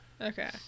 Okay